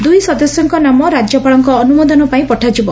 ଦୁଇ ସଦସ୍ୟଙ୍କ ନାମ ରାଜ୍ୟପାଳଙ୍କ ଅନୁମୋଦନ ପାଇଁ ପଠାଯିବ